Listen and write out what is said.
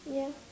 yeah